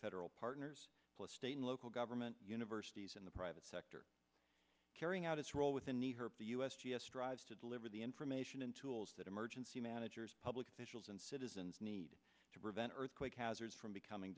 federal partners state and local government universities and the private sector carrying out its role within the herb the u s g s strives to deliver the information in tools that emergency managers public officials and citizens need to prevent earthquake hazards from becoming